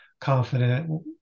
confident